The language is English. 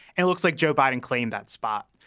it looks like joe biden claimed that spot.